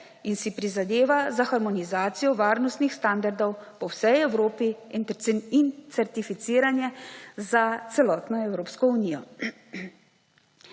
in si prizadeva za harmonizacijo varnostnih standardov po vsej Evropi in certificiranje za celotno Evropsko unijo.